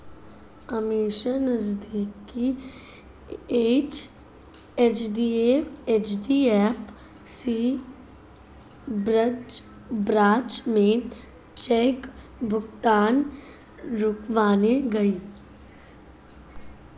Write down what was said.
अमीषा नजदीकी HDFC branch में cheque भुगतान रुकवाने गई